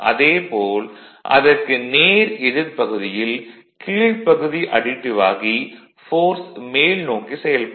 அதே போல் அதற்கு நேர் எதிர் பகுதியில் கீழ்ப்பகுதி அடிட்டிவ் ஆகி ஃபோர்ஸ் மேல்நோக்கி செயல்படும்